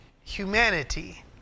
humanity